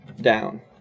down